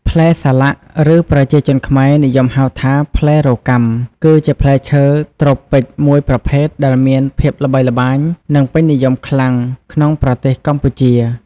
ផ្លែសាឡាក់ ឬប្រជាជនខ្មែរនិយមហៅថា ផ្លែរកាំ គឺជាផ្លែឈើត្រូពិចមួយប្រភេទដែលមានភាពល្បីល្បាញនិងពេញនិយមខ្លាំងក្នុងប្រទេសកម្ពុជា។